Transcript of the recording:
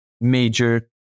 major